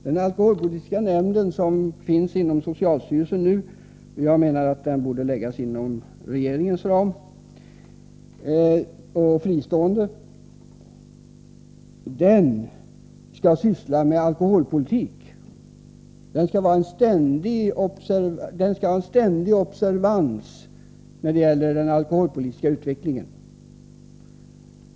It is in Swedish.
Den alkoholpolitiska nämnden, som således lyder under socialstyrelsen, bör fristående verka inom ramen för regeringens verksamhet och syssla med alkoholpolitik. Den skall ständigt vara observant på den alkoholpolitiska utvecklingen.